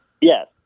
Yes